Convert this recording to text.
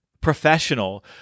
professional